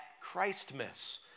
Christmas